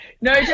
No